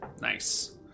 Nice